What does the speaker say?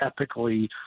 epically